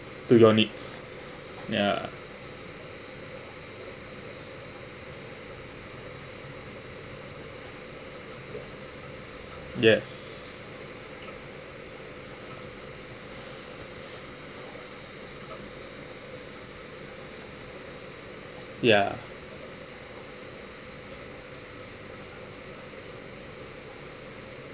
to your needs ya yes ya